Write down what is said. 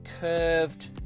curved